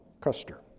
Custer